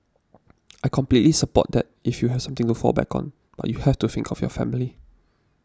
I completely support that if you have something to fall back on but you have to think of your family